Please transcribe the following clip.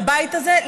לבית הזה,